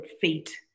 fate